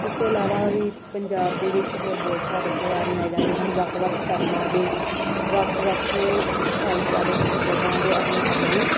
ਇਸ ਤੋਂ ਇਲਾਵਾ ਵੀ ਪੰਜਾਬ ਦੇ ਵਿੱਚ ਹੋਰ ਬਹੁਤ ਸਾਰੇ ਤਿਉਹਾਰ ਮਨਾਏ ਜਾਂਦੇ ਹਨ ਵੱਖ ਵੱਖ ਧਰਮਾਂ ਦੇ ਵੱਖ ਵੱਖ ਭਾਈਚਾਰੇ ਅਤੇ ਸੱਭਿਆਚਾਰਾਂ ਦੇ ਆਪਣੇ ਆਪਣੇ